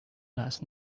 last